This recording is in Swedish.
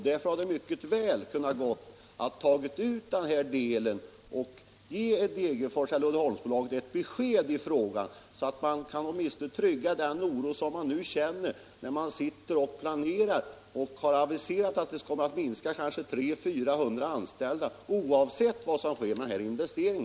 Därför hade det mycket väl gått att ta ut den här delen och ge Degerfors kommun eller Uddeholmsbolaget besked i frågan, så att den oro kunnat minskas som man där känner när man nu planerar för framtiden och har aviserat en minskning med 300-400 anställda — oavsett vad som sker med den aktuella investeringen.